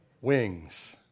wings